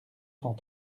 cent